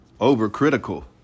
Overcritical